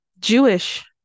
Jewish